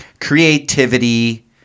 creativity